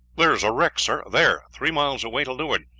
there is a wreck, sir! there, three miles away to leeward.